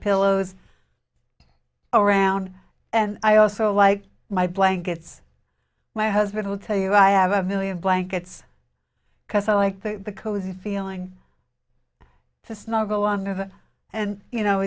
pillows around and i also like my blankets my husband would tell you i have a million blankets because i like the the cozy feeling to snuggle on there and you know